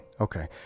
okay